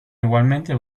igualmente